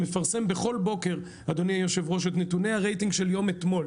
מפרסם בכל בוקר את נתוני הרייטינג של יום אתמול,